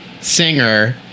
singer